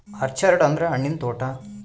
orchard ಅಂದ್ರ ಹಣ್ಣಿನ ತೋಟ